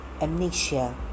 amnesia